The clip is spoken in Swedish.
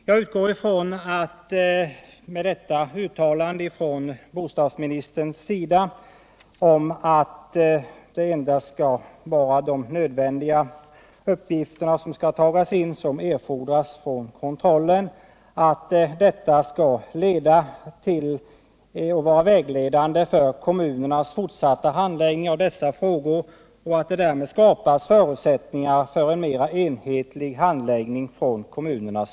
Jag utgår från att bostadsministerns uttalande att endast de för kontrollen nödvändiga uppgifterna skall tagas in skall bli vägledande för kommunernas fortsatta handläggning av dessa frågor och att förutsättningar därmed skall skapas för en större enhetlighet i deras prövning.